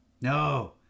No